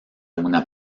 una